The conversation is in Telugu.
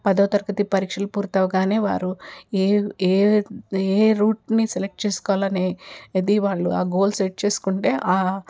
పదవ తరగతి పరీక్షలు పూర్తి ఆవగానే వారు ఏ ఏ ఏ ఏ రూట్ని సెలెక్ట్ చేసుకోవాలని అది వాళ్ళు ఆ గోల్ సెట్ చేసుకుంటే ఆ